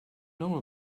know